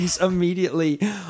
immediately